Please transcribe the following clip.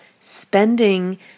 spending